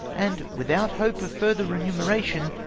and without hope of further remuneration,